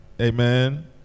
Amen